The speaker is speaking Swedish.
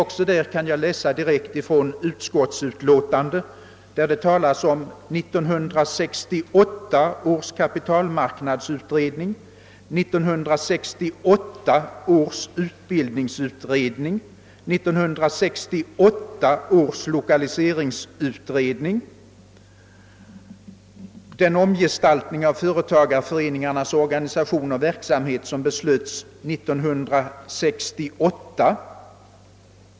Också där kan jag läsa direkt ur utskottets utlåtande, där det talas om 1968 års kapitalmarknadsutredning, 1968 års utbildningsutredning, 1968 års lokaliseringsutredning samt den omgestaltning av företagareföreningarnas organisation och verksamhet som beslöts 1968.